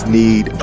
need